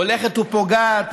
הולכת ופוגעת